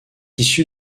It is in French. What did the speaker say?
issu